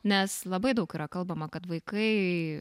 nes labai daug yra kalbama kad vaikai